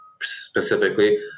specifically